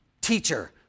teacher